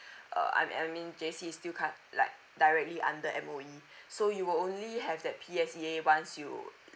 err I I mean J_C still can't like directly under M_O_E so you will only have that P_S_E_A once you